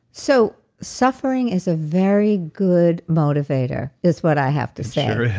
so suffering is a very good motivator is what i have to say.